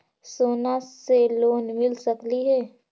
सोना से लोन मिल सकली हे?